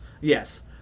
Yes